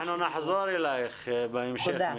אנחנו נחזור אלייך בהמשך תודה.